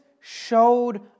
showed